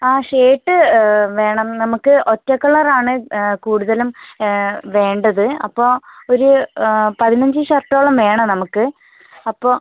ആ ഷർട്ട് വേണം നമുക്ക് ഒറ്റ കളർ ആണ് കൂടുതലും വേണ്ടത് അപ്പം ഒരു പതിനഞ്ച് ഷർട്ടോളം വേണം നമുക്ക് അപ്പം